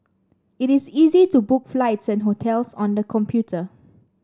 it is easy to book flights and hotels on the computer